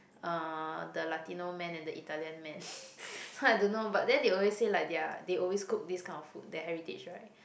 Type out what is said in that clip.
uh the Latino man and the Italian man so I don't know but then they always say like they are they always cook this kind of food their heritage right